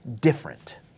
different